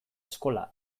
eskola